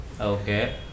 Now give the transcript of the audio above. Okay